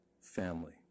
family